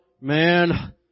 man